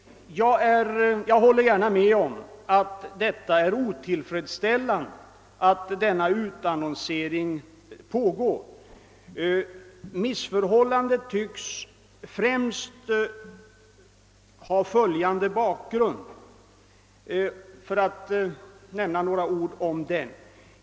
Jag instämmer gärna i att det är otillfredsställande att en sådan utannonsering förekommer. Jag vill nämna några ord om bakgrunden till detta förfaringssätt.